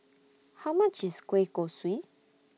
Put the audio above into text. How much IS Kueh Kosui